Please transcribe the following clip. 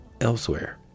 elsewhere